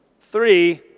Three